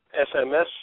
SMS